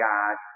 God